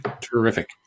Terrific